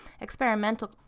Experimental